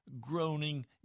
groaning